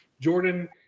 Jordan